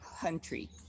country